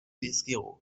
dizkigu